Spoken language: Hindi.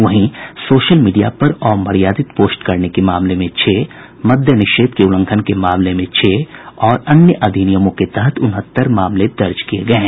वहीं सोशल मीडिया पर अमर्यादित पोस्ट करने के मामले में छह मद्य निषेद्य के उल्लंघन के मामले में छह और अन्य अधिनियमों के तहत उनहत्तर मामले दर्ज किये गये हैं